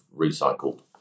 recycled